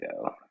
go